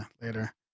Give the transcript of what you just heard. later